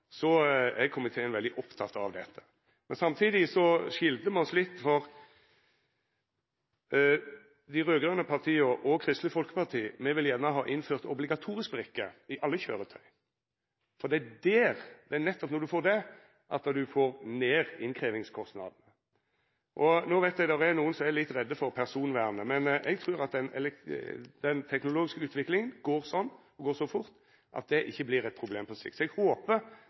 er komiteen veldig oppteken av dette. Samtidig skilde me oss litt. Dei raud-grøne partia og Kristeleg Folkeparti vil gjerne ha innført obligatorisk brikke i alle køyretøy. Det er nettopp når ein får det, at ein får ned innkrevjingskostnadene. Eg veit det er nokon som er litt redde for personvernet, men eg trur at den teknologiske utviklinga går så fort at det på sikt ikkje vert eit problem. Eg håpar at me om litt kan innføra dette – ikkje berre på